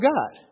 God